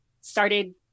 started